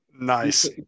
Nice